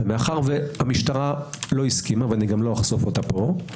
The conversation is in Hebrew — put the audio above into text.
מאחר שהמשטרה לא הסכימה, ולא אחשוף אותה פה,